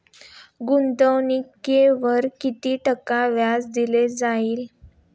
गुंतवणुकीवर किती टक्के व्याज दिले जाईल?